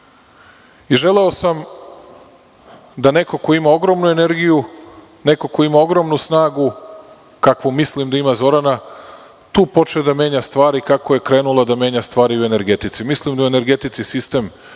Želeo sam da neko ko ima ogromnu energiju, neko ko ima ogromnu snagu, kakvu mislim da ima Zorana, tu počne da menja stvari kako je krenula da menja stvari i u energetici. Mislim da je u energetici sistem